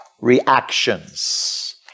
reactions